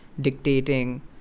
dictating